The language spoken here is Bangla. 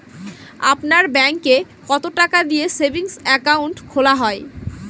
আপনার ব্যাংকে কতো টাকা দিয়ে সেভিংস অ্যাকাউন্ট খোলা হয়?